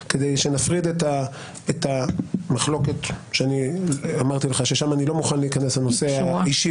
שנפריד את המחלוקת שאמרתי לך ששם אני לא מוכן להיכנס לנושא האישי